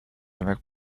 direct